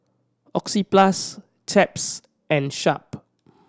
Oxyplus Chaps and Sharp